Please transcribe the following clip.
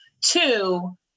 Two